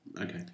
Okay